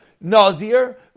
nazir